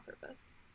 purpose